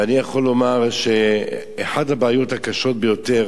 ואני יכול לומר שאחת הבעיות הקשות ביותר